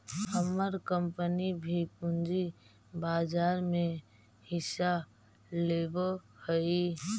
हमर कंपनी भी पूंजी बाजार में हिस्सा लेवअ हई